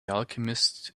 alchemist